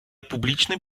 публічний